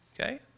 okay